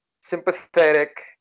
sympathetic